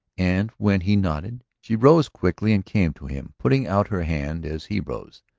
and when he nodded she rose quickly and came to him, putting out her hand as he rose.